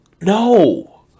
no